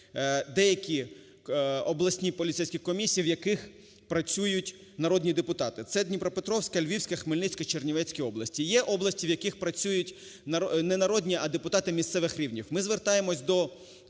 деякі обласні поліцейські комісії, в яких працюють народні депутати – це Дніпропетровська, Львівська, Хмельницька, Чернівецька області. Є області, в яких працюють не народні, а депутати місцевих рівнів. Ми звертаємось до